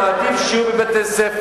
אני מעדיף שהם יהיו בבתי-ספר,